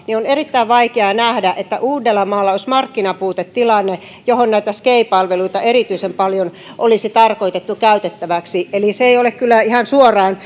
niin on erittäin vaikea nähdä että esimerkiksi uudellamaalla olisi markkinapuutetilanne johon näitä sgei palveluita erityisen paljon olisi tarkoitettu käytettäväksi eli se ei ole kyllä ihan suoraan